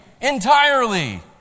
entirely